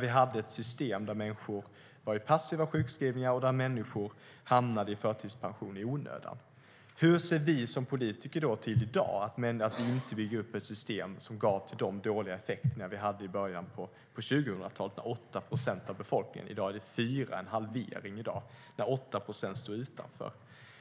Vi hade ett system där människor var i passiv sjukskrivning och hamnade i förtidspension i onödan. Hur ser vi som politiker i dag till att vi inte bygger upp ett system som ger de dåliga effekter som vi hade i början av 2000-talet, när 8 procent av befolkningen stod utanför? I dag är det 4 procent, alltså en halvering.